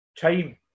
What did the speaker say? time